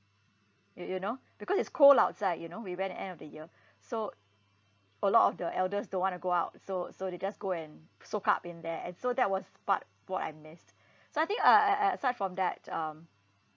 you you know because it's cold outside you know we went at the end of the year so a lot of the elders don't want to go out so so they just go and soak up in there and so that was part what I missed so I think uh uh uh aside from that um